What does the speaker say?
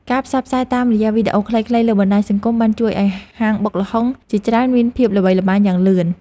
ការផ្សព្វផ្សាយតាមរយៈវីដេអូខ្លីៗលើបណ្តាញសង្គមបានជួយឱ្យហាងបុកល្ហុងជាច្រើនមានភាពល្បីល្បាញយ៉ាងលឿន។